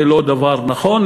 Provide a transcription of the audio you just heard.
זה לא דבר נכון.